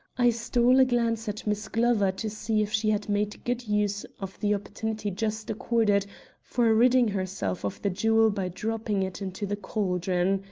i stole a glance at miss glover to see if she had made good use of the opportunity just accorded for ridding herself of the jewel by dropping it into the caldron.